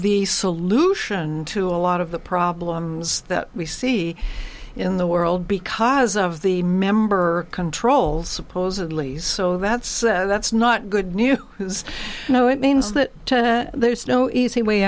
the solution to a lot of the problems that we see in the world because of the member control supposedly so that's that's not good news is you know it means that there's no easy way